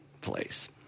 place